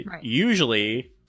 usually